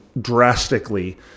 drastically